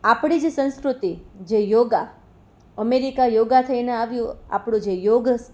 આપણી જે સંસ્કૃતિ જે યોગા અમેરિકા યોગા થઈને આવ્યું આપણું જે યોગસ